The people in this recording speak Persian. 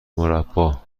مربّا